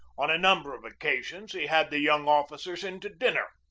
on a number of occasions he had the young officers in to dinner.